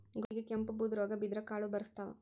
ಗೋಧಿಗೆ ಕೆಂಪು, ಬೂದು ರೋಗಾ ಬಿದ್ದ್ರ ಕಾಳು ಬರ್ಸತಾವ